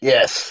Yes